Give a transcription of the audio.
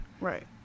Right